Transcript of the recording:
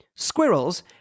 squirrels